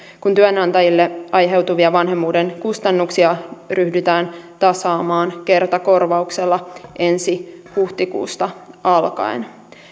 kun työnantajille aiheutuvia vanhemmuuden kustannuksia ryhdytään tasaamaan kertakorvauksella ensi huhtikuusta alkaen